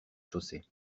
chaussée